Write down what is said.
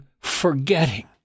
forgetting